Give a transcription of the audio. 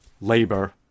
labor